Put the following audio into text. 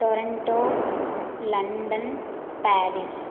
Toronto London Paris